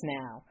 now